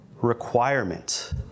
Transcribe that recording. Requirement